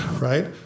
right